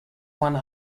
one